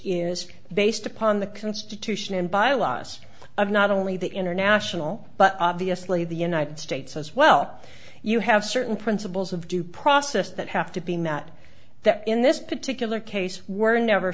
is based upon the constitution and bylaws of not only the international but obviously the united states as well you have certain principles of due process that have to be met that in this particular case we're never